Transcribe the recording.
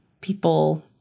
people